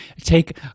take